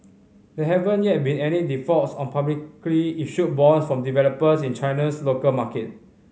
there haven't yet been any defaults on publicly issued bonds from developers in China's local market